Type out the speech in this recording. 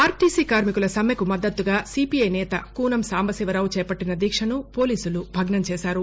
RTC కార్శికుల సమ్మెకు మద్దతుగా సీపీఐ నేత కూసంనేని సాంబశివరావు చేపటిన దీక్షను పోలీసులు భగ్నం చేశారు